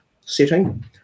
setting